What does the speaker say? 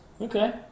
Okay